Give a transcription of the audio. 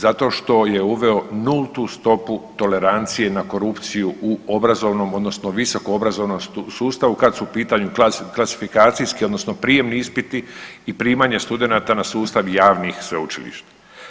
Zato što je uveo nultu stopu tolerancije na korupciju u obrazovnom odnosno visoko obrazovnom sustavu kad su u pitanju klasifikacijski odnosno prijamni ispiti i primanje studenata na sustav javnih sveučilišta.